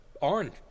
Orange